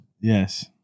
Yes